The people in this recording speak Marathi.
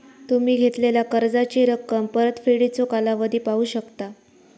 तुम्ही घेतलेला कर्जाची रक्कम, परतफेडीचो कालावधी पाहू शकता